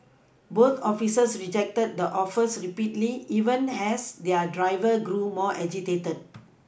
both officers rejected the offers repeatedly even as their driver grew more agitated